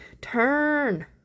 turn